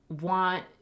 want